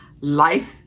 life